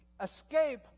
Escape